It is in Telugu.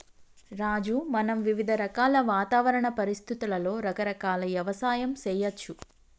రాజు మనం వివిధ రకాల వాతావరణ పరిస్థితులలో రకరకాల యవసాయం సేయచ్చు